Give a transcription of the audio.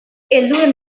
helduen